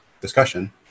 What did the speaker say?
discussion